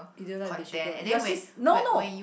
you don't like the sugar your sis no no